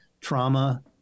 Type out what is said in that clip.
trauma